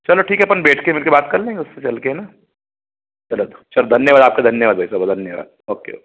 चलो ठीक है अपन बेठ कर मिल कर बात कर लेंगे उससे चल कर है ना रखो चलो धन्यवाद आपका धन्यवाद भाई साहब धन्यवाद ओके